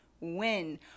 Win